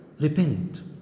repent